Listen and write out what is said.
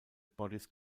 bodies